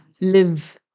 live